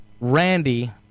Randy